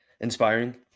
inspiring